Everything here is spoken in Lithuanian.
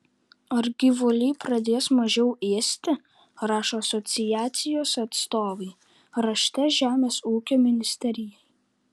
ar gyvuliai pradės mažiau ėsti rašo asociacijos atstovai rašte žemės ūkio ministerijai